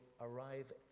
arrive